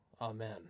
Amen